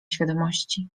świadomości